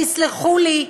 תסלחו לי,